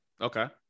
Okay